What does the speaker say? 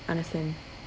understand